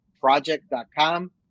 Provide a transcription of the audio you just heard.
project.com